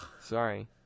Sorry